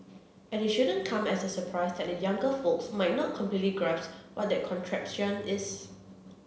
and it shouldn't come as a surprise that the younger folks might not completely grasp what that contraption is